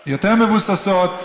שפחות מבוססות.